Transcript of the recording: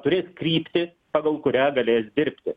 turės kryptį pagal kurią galės dirbti